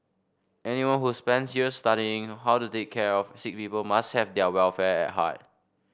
anyone who spends years studying how to take care of sick people must have their welfare at heart